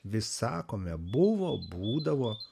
vis sakome buvo būdavo